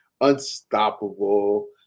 unstoppable